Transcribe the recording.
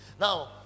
Now